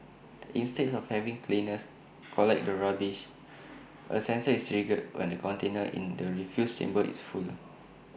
instead of having cleaners collect the rubbish A sensor is triggered when the container in the refuse chamber is full